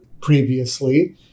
previously